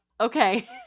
Okay